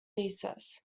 thesis